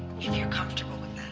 and you're comfortable with